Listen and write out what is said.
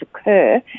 occur